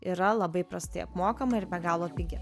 yra labai prastai apmokama ir be galo pigi